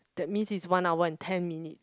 that means is one hour and ten minute